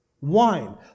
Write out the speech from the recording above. wine